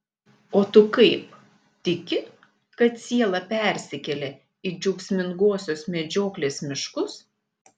o tu kaip tiki kad siela persikelia į džiaugsmingosios medžioklės miškus